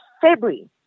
February